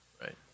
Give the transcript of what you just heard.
right